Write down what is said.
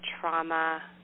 trauma